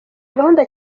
gahunda